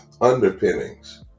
underpinnings